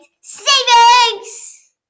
Savings